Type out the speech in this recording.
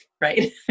right